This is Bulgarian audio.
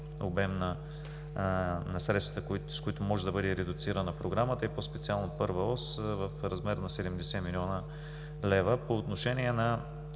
обем на средствата, с които може да бъде редуцирана програмата и по-специално Първа ос в размер на 70 млн. лв. По отношение на